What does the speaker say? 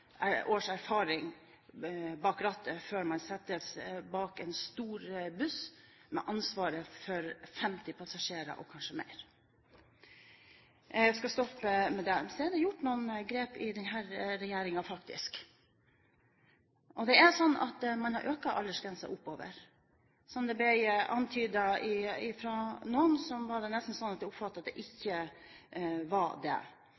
års erfaring bak rattet før man setter seg inn i en stor buss med ansvar for 50 passasjerer og kanskje mer. Jeg skal stoppe med det. Så er det faktisk gjort noen grep av denne regjeringen. Man har økt aldersgrensen oppover. Det som ble antydet fra noen, var nesten sånn at jeg oppfattet at det ikke var det.